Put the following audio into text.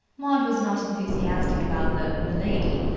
maud was not enthusiastic about the m'lady,